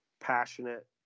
passionate